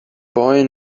boy